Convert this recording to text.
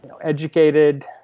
educated